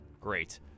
Great